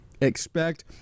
expect